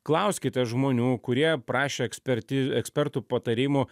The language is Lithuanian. klauskite žmonių kurie prašė eksperti ekspertų patarimų